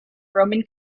roman